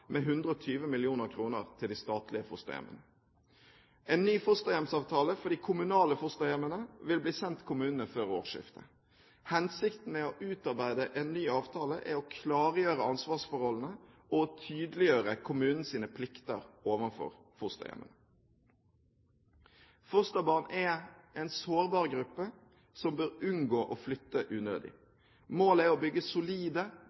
med 120 mill. kr til de statlige fosterhjemmene. En ny fosterhjemsavtale for de kommunale fosterhjemmene vil bli sendt kommunene før årsskiftet. Hensikten med å utarbeide en ny avtale er å klargjøre ansvarsforholdene og å tydeliggjøre kommunens plikter overfor fosterhjemmene. Fosterbarn er en sårbar gruppe som bør unngå å flytte unødig. Målet er å bygge solide